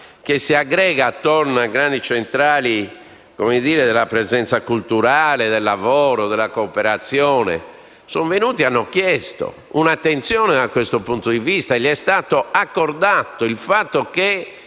che si aggrega attorno alle grandi centrali della presenza culturale, del lavoro e della cooperazione, è venuta a chiedere un'attenzione da questo punto di vista e gli è stata accordata la